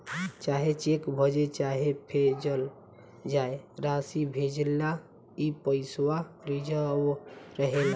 चाहे चेक भजे चाहे भेजल जाए, रासी भेजेला ई पइसवा रिजव रहे